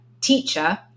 teacher